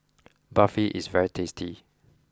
Barfi is very tasty